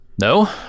no